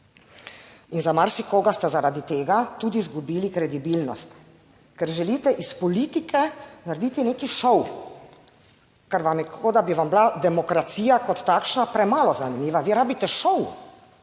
In za marsikoga ste, zaradi tega tudi izgubili kredibilnost, ker želite iz politike narediti nek šov. Ker vam je kot da bi vam bila demokracija kot takšna premalo zanimiva, vi rabite šov.